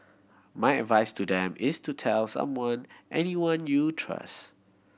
my advice to them is to tell someone anyone you trust